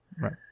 Right